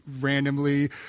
randomly